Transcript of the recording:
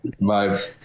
vibes